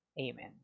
Amen